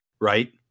right